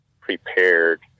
prepared